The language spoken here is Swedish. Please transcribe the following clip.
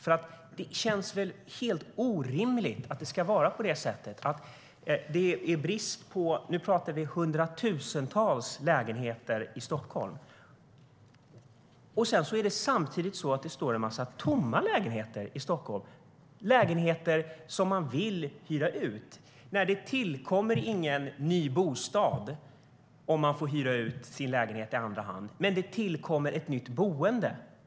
Det var därför som jag ställde min fråga. Det är helt orimligt att det är brist på hundratusentals lägenheter i Stockholm. Samtidigt finns det en massa tomma lägenheter här som ägarna vill hyra ut. Nej, det tillkommer ingen ny bostad om man får hyra ut sin lägenhet i andra hand, men det tillkommer ett nytt boende.